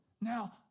Now